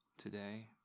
today